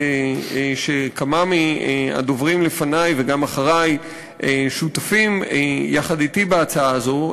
וכמה מהדוברים לפני ואחרי שותפים יחד אתי בהצעה הזאת,